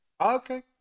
Okay